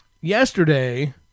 yesterday